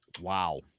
Wow